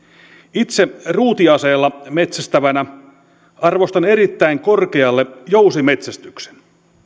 itse ruutiaseella metsästävänä arvostan erittäin korkealle jousimetsästyksen